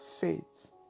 faith